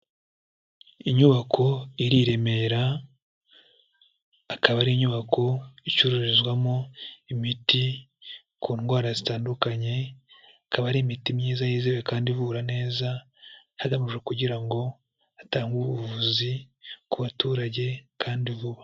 Inyubako iri i Remera, akaba ari inyubako icururizwamo imiti ku ndwara zitandukanye, ikaba ari imiti myiza yizewe kandi ivura neza hagamijwe kugira ngo hatangwe ubuvuzi ku baturage kandi vuba.